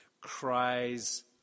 cries